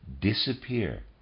disappear